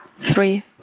three